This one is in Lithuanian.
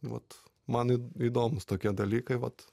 vat man įdo įdomūs tokie dalykai vat